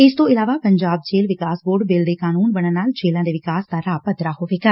ਇਸ ਤੋ ਇਲਾਵਾ ਪੰਜਾਬ ਜੇਲੁ ਵਿਕਾਸ ਬੋਰਡ ਬਿੱਲ ਦੇ ਕਾਨੂੰਨ ਬਣਨ ਨਾਲ ਜੇਲੁਾਂ ਦੇ ਵਿਕਾਸ ਦਾ ਰਾਹ ਪੱਧਰਾ ਹੋਵੇਗਾ